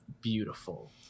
beautiful